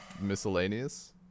miscellaneous